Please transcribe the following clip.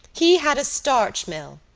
he had a starch mill.